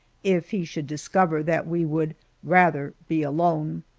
if he should discover that we would rather be alone.